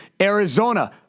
Arizona